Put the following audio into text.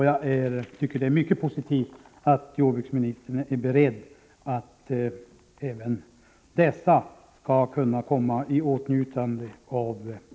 Jag tycker det är mycket positivt att även dessa skall kunna komma i åtnjutande av hjälp.